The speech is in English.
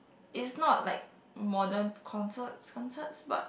it's not like modern concerts concerts but